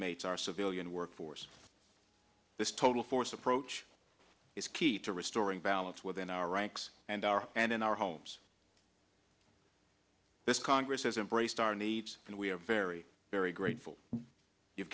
mates our civilian workforce this total force approach is key to restoring balance within our ranks and our and in our homes this congress has embraced our needs and we are very very grateful you've